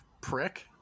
prick